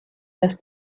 her